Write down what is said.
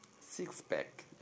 six-pack